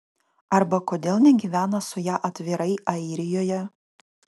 arba kodėl negyvena su ja atvirai airijoje